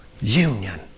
Union